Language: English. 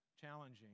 challenging